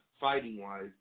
fighting-wise